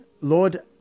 Lord